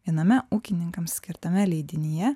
viename ūkininkams skirtame leidinyje